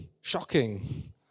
shocking